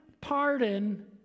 pardon